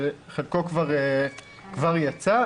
שחלקו כבר יצא,